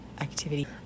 activity